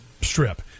strip